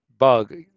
bug